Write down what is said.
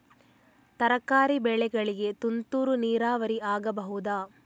ತರಕಾರಿ ಬೆಳೆಗಳಿಗೆ ತುಂತುರು ನೀರಾವರಿ ಆಗಬಹುದಾ?